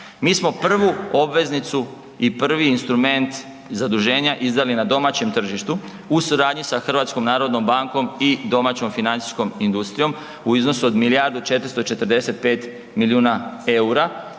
Mi smo prvu obveznicu i prvi instrument zaduženja izdali na domaćem tržištu u suradnji sa HNB i domaćom financijskom industrijom u iznosu od milijardu 455 milijuna EUR-a